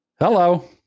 Hello